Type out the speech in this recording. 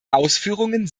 ausführungen